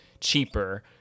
cheaper